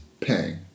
Pang